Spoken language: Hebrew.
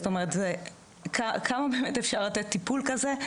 זאת אומרת כמה באמת אפשר לתת טיפול כזה,